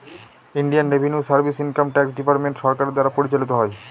Indian revenue service income tax department সরকারের দ্বারা পরিচালিত হয়